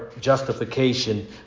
justification